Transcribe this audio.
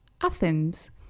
Athens